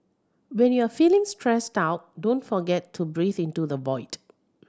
when you are feeling stressed out don't forget to breathe into the void